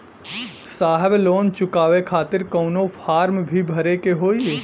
साहब लोन चुकावे खातिर कवनो फार्म भी भरे के होइ?